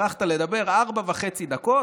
טרחת לדבר ארבע וחצי דקות,